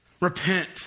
repent